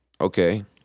Okay